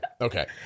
Okay